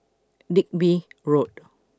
Digby Road